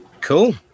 cool